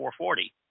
440